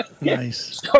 Nice